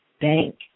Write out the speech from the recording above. Bank